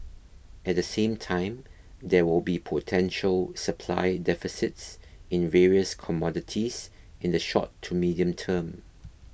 at the same time there will be potential supply deficits in various commodities in the short to medium term